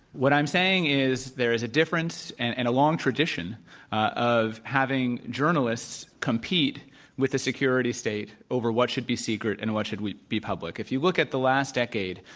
what i'm saying is there is a difference and and a long tradition of having journalists compete with the security state over what should be secret and what should be public. if you look at the last decade,